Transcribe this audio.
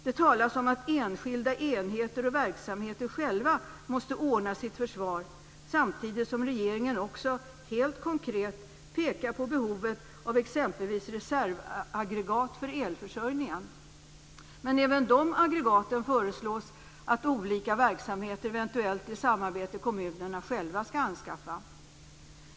Det talas om att enskilda enheter och verksamheter själva måste ordna sitt försvar, samtidigt som regeringen helt konkret pekar på behovet av exempelvis reservaggregat för elförsörjningen. Men även dessa aggregat föreslås att olika verksamheter själva skall anskaffa, eventuellt i samarbete med kommunerna.